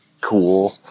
cool